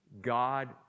God